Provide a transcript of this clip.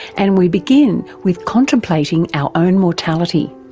and we begin with contemplating our own mortality.